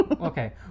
Okay